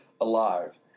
alive